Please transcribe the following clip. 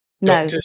No